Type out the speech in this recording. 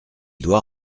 doit